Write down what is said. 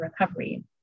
recovery